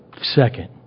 Second